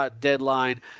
deadline